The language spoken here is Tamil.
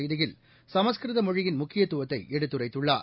செய்தியில் சமஸ்கிருத மொழியின் முக்கியத்துவத்தை எடுத்துரைத்துள்ளார்